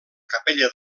capella